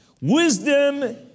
Wisdom